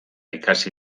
ikasi